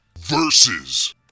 versus